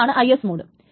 ഇതാണ് IS mode